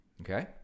Okay